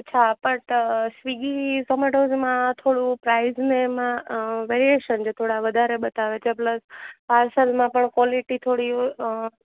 અચ્છા but Swiggy ઝૉમેટોસમાં થોડું પ્રાઈસ ને એમાં વેરિએશન છે થોડા વધારે બતાવે છે પ્લસ પાર્સલમાં પણ કોલેટી થોડી